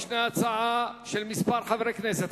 יש הצעה של כמה חברי כנסת.